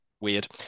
Weird